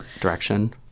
direction